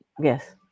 yes